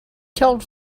told